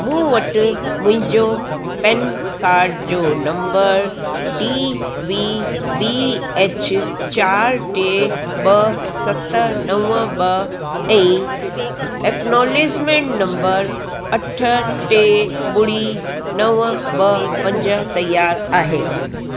मूं वटि मुंहिंजो पैन कार्ड जो number D V B H चारि टे ॿ सत नव ॿ ऐं एक्नॉलेजमेंट नंबर अठ टे ॿुड़ी नव ॿ पंज तयारु आहे